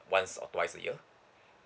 once or twice a year